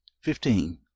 fifteen